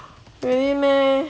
really meh